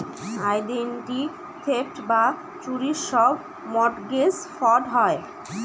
identity theft বা চুরির সব মর্টগেজ ফ্রড হয়